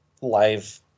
live